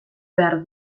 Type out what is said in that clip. behar